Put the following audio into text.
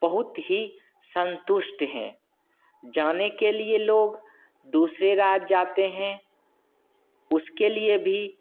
बहुत ही संतुष्ट है जाने के लिए लोग दूसरे राज्य जाते हैं उसके लिए भी